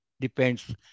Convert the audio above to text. depends